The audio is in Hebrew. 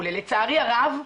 לצערי הרב,